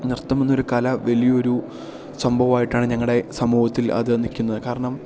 നൃത്തം എന്നൊരു കല വലിയൊരു സംഭവമായിട്ടാണ് ഞങ്ങളുടെ സമൂഹത്തിൽ അത് നിൽക്കുന്നത് കാരണം